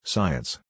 Science